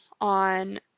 on